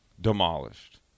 Demolished